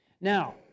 Now